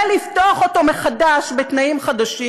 ולפתוח אותו מחדש בתנאים חדשים,